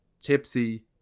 tipsy